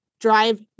drive